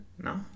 No